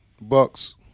Bucks